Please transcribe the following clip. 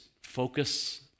focus